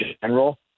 general